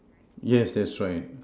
yes that's right